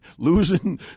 Losing